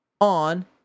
on